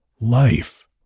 life